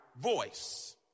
voice